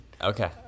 Okay